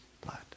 blood